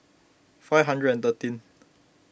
five hundred and thirteen